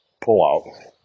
pull-out